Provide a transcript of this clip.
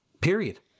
period